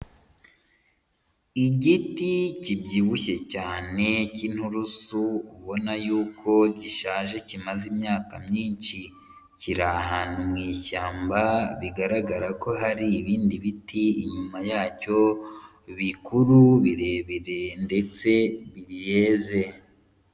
Igiti kibyibushye cyane cy'inturusu, ubona yuko gishaje kimaze imyaka myinshi. Kiri ahantu mu ishyamba, bigaragara ko hari ibindi biti inyuma yacyo bikuru, birebire ndetse byeze.